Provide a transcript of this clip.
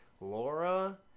Laura